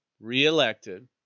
reelected